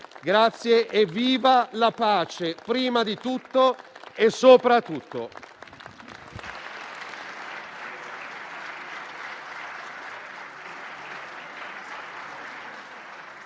Grazie e viva la pace, prima di tutto e sopra a tutto!